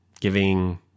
giving